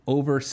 over